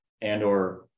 and/or